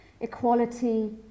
equality